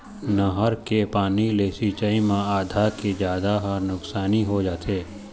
नहर के पानी ले सिंचई म आधा के जादा ह नुकसानी हो जाथे